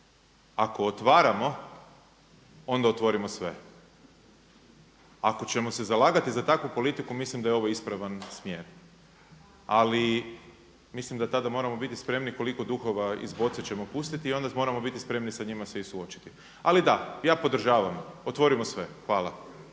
ako otvaramo onda otvorimo sve. Ako ćemo se zalagati za takvu politiku mislim da je ovo ispravan smjer. Ali mislim da tada moramo biti spremni koliko duhova iz boce ćemo pustiti i onda moramo biti spremni sa njima se i suočiti. Ali da, ja podržavam, otvorimo sve. Hvala.